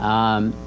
um,